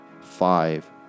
five